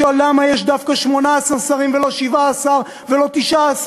לשאול למה יש דווקא 18 שרים ולא 17 ולא 19,